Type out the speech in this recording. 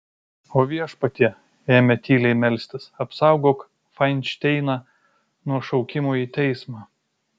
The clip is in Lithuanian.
o viešpatie ėmė tyliai melstis apsaugok fainšteiną nuo šaukimo į teismą